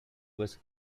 was